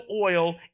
oil